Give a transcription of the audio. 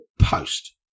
Post